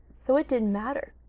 so it didn't matter.